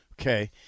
okay